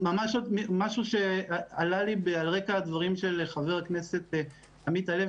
משהו שעלה לי על רקע הדברים של חבר הכנסת עמית הלוי,